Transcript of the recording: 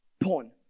Porn